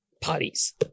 parties